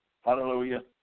Hallelujah